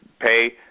pay